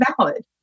valid